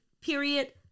period